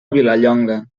vilallonga